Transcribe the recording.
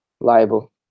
liable